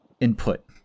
input